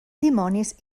dimonis